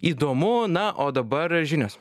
įdomu na o dabar žinios